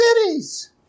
cities